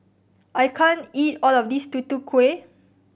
I can't eat all of this Tutu Kueh